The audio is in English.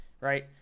right